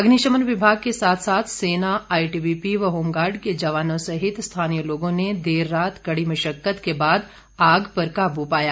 अग्निशमन विभाग के साथ साथ सेना आईटीबीपी व होमगार्ड के जवानों सहित स्थानीय लोगों ने देर रात कड़ी मशक्कत के बाद आग पर काबू पाया